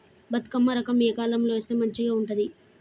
బతుకమ్మ రకం ఏ కాలం లో వేస్తే మంచిగా ఉంటది?